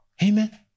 Amen